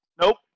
nope